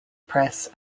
press